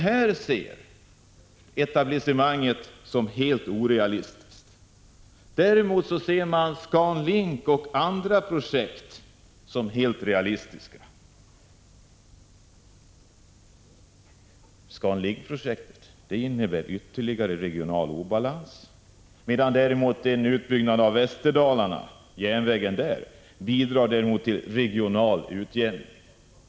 Detta ser etablissemanget som helt orealistiskt, medan man däremot ser ScanLink och andra projekt som helt realistiska. ScanLink-projektet innebär ytterligare regional obalans, medan däremot en utbyggnad av järnvägen i Västerdalarna bidrar till regional utjämning.